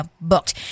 booked